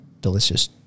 delicious